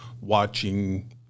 watching